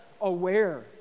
aware